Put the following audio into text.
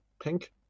Pink